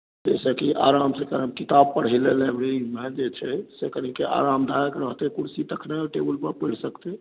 जाहिसँ कि आरामसँ कने किताब पढ़य लेल लाइब्रेरीमे जे छै से कनिके आरामदायक रहतै कुर्सी तखने ने टेबुलपर पढ़ि सकतै